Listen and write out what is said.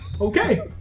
Okay